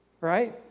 right